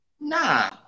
Nah